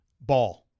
Ball